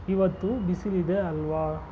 ಇವತ್ತು ಬಿಸಿಲಿದೆ ಅಲ್ವ